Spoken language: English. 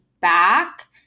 back